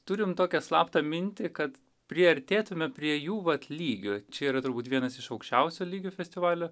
turim tokią slaptą mintį kad priartėtumėme prie jų vat lygio čia yra turbūt vienas iš aukščiausio lygio festivalių